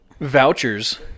vouchers